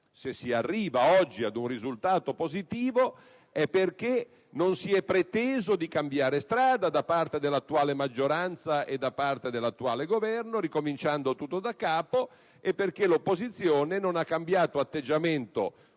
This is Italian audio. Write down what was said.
Se si arriva oggi ad un risultato positivo è perché non si è preteso di cambiare strada da parte dell'attuale maggioranza e dell'attuale Governo ricominciando tutto daccapo e perché l'opposizione non ha cambiato atteggiamento